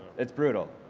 it's brutal,